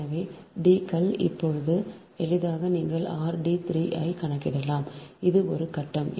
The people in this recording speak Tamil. எனவே D கள் இப்போது எளிதாக நீங்கள் r d 3 ஐ கணக்கிடலாம் அது ஒரு கட்டம்